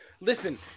Listen